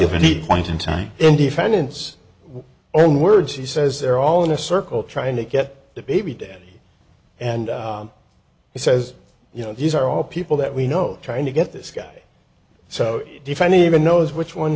eat point in time in defendant's own words she says they're all in a circle trying to get the baby daddy and he says you know these are all people that we know trying to get this guy so define even knows which one